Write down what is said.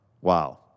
Wow